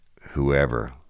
whoever